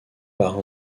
par